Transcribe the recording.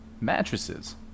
mattresses